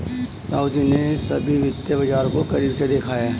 ताऊजी ने सभी वित्तीय बाजार को करीब से देखा है